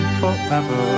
forever